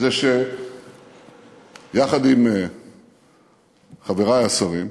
יחד עם חברי השרים,